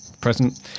present